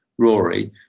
Rory